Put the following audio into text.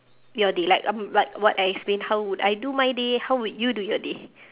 your day like I'm like what I explain how would I do my day how would you do your day